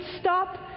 stop